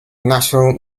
national